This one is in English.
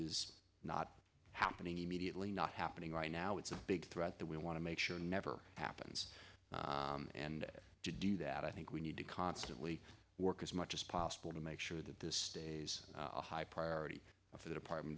is not happening immediately not happening right now it's a big threat that we want to make sure it never happens and to do that i think we need to constantly work as much as possible to make sure that this stays a high priority for the department